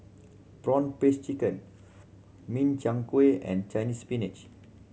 prawn paste chicken Min Chiang Kueh and Chinese Spinach